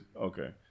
okay